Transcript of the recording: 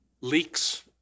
leaks